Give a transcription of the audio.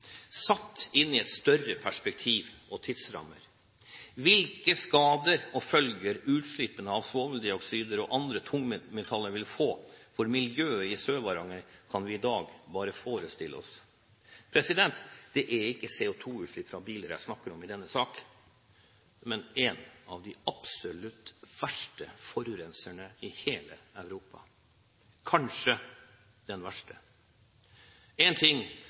Satt inn i større perspektiv og tidsrammer kan vi i dag bare forestille oss hvilke skader og følger utslippene av svoveldioksider og andre tungmetaller vil få for miljøet i Sør-Varanger. Det er ikke CO2-utslipp fra biler jeg snakker om i denne saken, men om en av de absolutt verste forurenserne i hele Europa – kanskje den